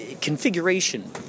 Configuration